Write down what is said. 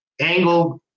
angle